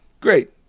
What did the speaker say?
Great